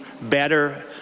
better